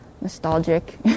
nostalgic